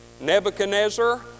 Nebuchadnezzar